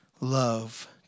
love